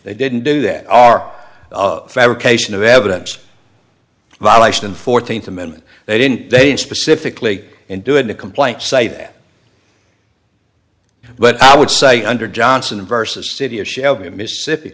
they didn't do that our fabrication of evidence violation and fourteenth amendment they didn't they didn't specifically in doing the complaint say that but i would say under johnson versus city of shelby mississippi